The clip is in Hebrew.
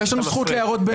ויש לנו זכות להערות ביניים.